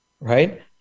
right